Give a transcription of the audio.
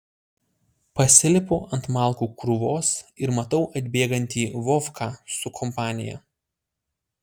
pasilipu ant malkų krūvos ir matau atbėgantį vovką su kompanija